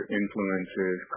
influences